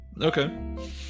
okay